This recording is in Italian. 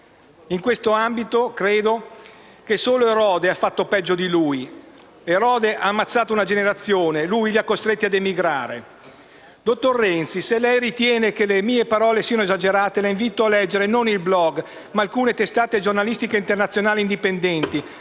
In questo ambito credo che solo Erode abbia fatto peggio di lui. Erode ha ammazzato una generazione, lui l'ha costretta a emigrare. Dottor Renzi, se lei ritiene che le mie parole siano esagerate, la invito a leggere non il *blog*, ma alcune testate giornalistiche internazionali indipendenti,